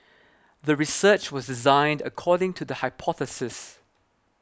the research was designed according to the hypothesis